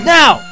now